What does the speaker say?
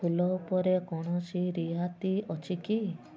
ଫୁଲ ଉପରେ କୌଣସି ରିହାତି ଅଛି କି